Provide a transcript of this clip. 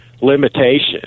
limitation